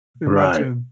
Right